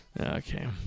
okay